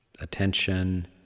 attention